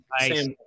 Nice